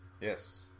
Yes